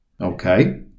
okay